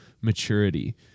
maturity